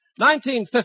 1950